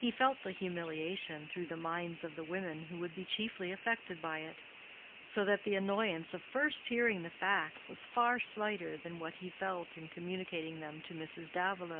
he felt the humiliation through the minds of the women who would be chiefly affected by it so that the annoyance of first hearing the facts was far slighter than what he felt in communicating them to mrs. davilow,